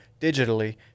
digitally